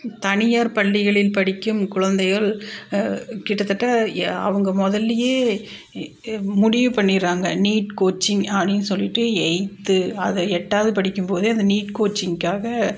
தனியார் பள்ளிகளில் படிக்கும் குழந்தைகள் கிட்டத்தட்ட அவங்க முதல்லியே முடிவு பண்ணிவிடுறாங்க நீட் கோச்சிங் அப்படின்னு சொல்லிவிட்டு எய்த்து அதை எட்டாவது படிக்கும்போதே அந்த நீட் கோச்சிங்குக்காக